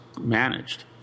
managed